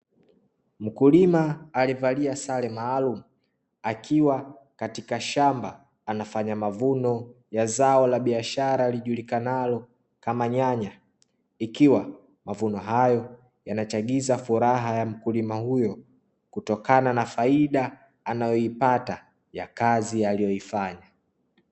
Mkulima aliyevalia sare maalumu akiwa katika shamba, anafanya mavuno ya zao la biashara lijulikanalo kama nyanya, ikiwa mavuno hayo yanachangiza furaha ya mkulima huyo, kutokana na faida anayoipata ya kazi aliyoifanya.